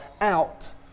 out